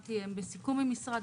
שאמרתי הם בסיכום עם משרד